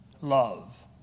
love